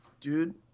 Dude